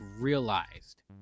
realized